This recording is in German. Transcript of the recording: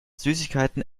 süßigkeiten